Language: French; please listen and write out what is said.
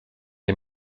les